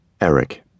Eric